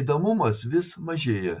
ėdamumas vis mažėja